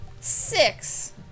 six